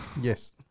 yes